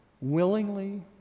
willingly